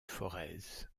forez